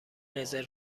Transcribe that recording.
رزرو